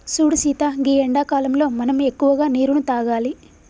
సూడు సీత గీ ఎండాకాలంలో మనం ఎక్కువగా నీరును తాగాలి